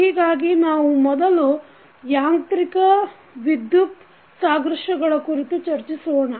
ಹೀಗಾಗಿ ಮೊದಲು ನಾವು ಯಾಂತ್ರಿಕ ವಿದ್ಯುತ್ ಸಾದೃಶ್ಯಗಳ ಕುರಿತು ಚರ್ಚಿಸೋಣ